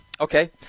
Okay